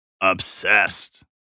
Obsessed